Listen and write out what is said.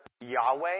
Yahweh